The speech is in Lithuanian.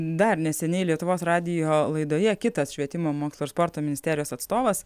dar neseniai lietuvos radijo laidoje kitas švietimo mokslo ir sporto ministerijos atstovas